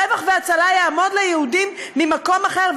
רווח והצלה יעמוד ליהודים ממקום אחר,